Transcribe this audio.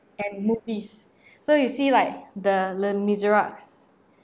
and movies so you see like the les misérables